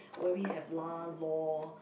where we have lah lor